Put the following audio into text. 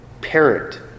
parent